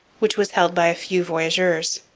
which was held by a few voyageurs.